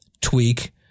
tweak